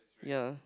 ya